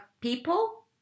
people